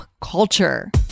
culture